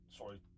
sorry